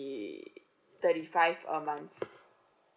thirty five a month